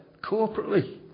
corporately